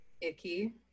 icky